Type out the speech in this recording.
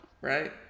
right